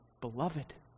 beloved